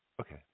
Okay